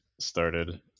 started